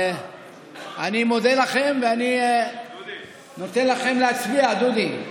אני מודה לכם ואני נותן לכם להצביע, דודי.